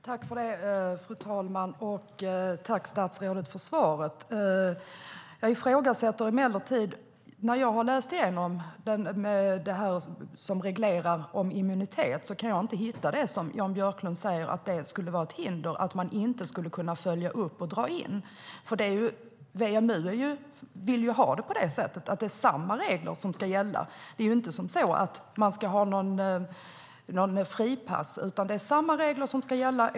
Fru talman! Tack, statsrådet, för svaret! När jag läst igenom den text som reglerar detta med immunitet har jag inte kunnat hitta det som Jan Björklund säger, att det skulle vara ett hinder och att man inte skulle kunna följa upp och dra in tillstånd. WMU vill att samma regler ska gälla. De vill inte ha något slags fripass, utan samma regler ska gälla.